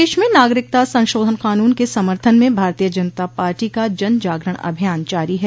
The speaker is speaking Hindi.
प्रदेश में नागरिकता संशोधन कानून के समर्थन में भारतीय जनता पार्टी का जन जागरण अभियान जारी है